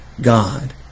God